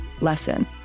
lesson